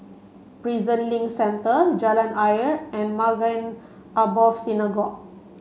Prison Link Centre Jalan Ayer and Maghain Aboth Synagogue